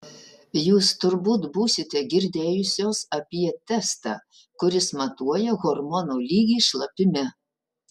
jūs turbūt būsite girdėjusios apie testą kuris matuoja hormono lygį šlapime